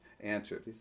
answered